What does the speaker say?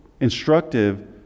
instructive